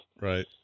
Right